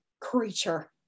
creature